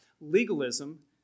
legalism